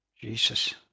Jesus